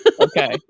Okay